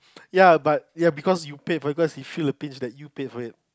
ya but ya because you paid because you feel the pinch that you paid for it